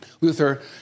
Luther